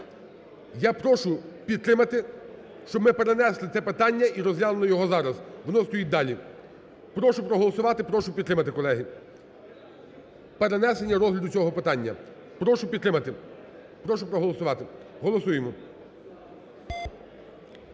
Я прошу підтримати, щоб ми перенесли це питання і розглянули його зараз, воно стоїть далі. Прошу проголосувати, прошу підтримати, колеги, перенесення розгляду цього питання. Прошу підтримати, прошу проголосувати. Голосуємо.